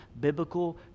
biblical